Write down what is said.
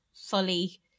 fully